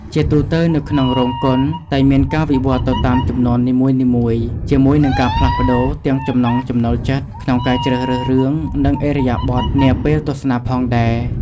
ជាទូរទៅនៅក្នុងរោងកុនតែងមានការវិវត្តន៍ទៅតាមជំនាន់នីមួយៗ ជាមួយនឹងការផ្លាស់ប្ដូរទាំងចំណង់ចំណូលចិត្តក្នុងការជ្រើសរើសរឿង និងឥរិយាបថនាពេលទស្សនាផងដែរ ។